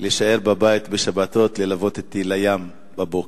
להישאר בבית בשבתות, ללוות אותי לים בבוקר.